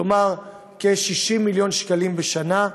כלומר כ-60 מיליון שקלים בשנה,